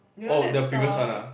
you know that stall